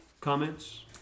comments